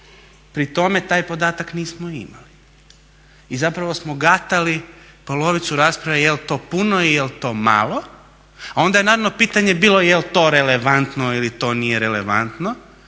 Pri tome taj podatak nismo imali. I zapravo smo gatali polovicu rasprave jel to puno, jel to malo, a onda je naravno pitanje bilo jel to relevantno ili to nije relevantno.